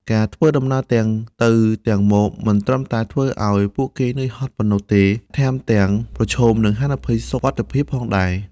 ការធ្វើដំណើរទាំងទៅទាំងមកមិនត្រឹមតែធ្វើឱ្យពួកគេនឿយហត់ប៉ុណ្ណោះទេ ថែមទាំងប្រឈមនឹងហានិភ័យសុវត្ថិភាពផងដែរ។